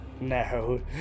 No